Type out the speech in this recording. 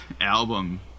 album